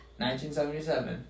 1977